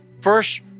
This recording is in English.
first—